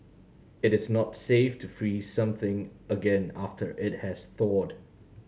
it is not safe to freeze something again after it has thawed